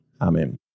Amen